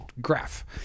graph